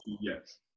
Yes